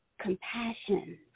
compassion